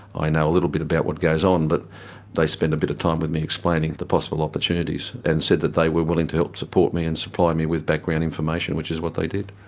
i know a little bit about what goes on, but they spent a bit of time with me explaining the possible opportunities, and said that they were willing to help support me and supply me with background information, which is what they did.